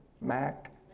Mac